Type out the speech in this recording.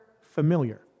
familiar